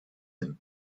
him